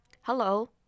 Hello